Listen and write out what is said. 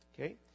Okay